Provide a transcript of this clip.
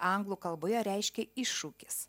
anglų kalboje reiškia iššūkis